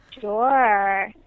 Sure